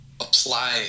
apply